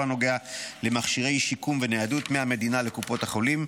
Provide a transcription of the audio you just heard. הנוגע למכשירי שיקום וניידות מהמדינה לקופות החולים,